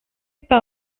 par